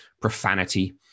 profanity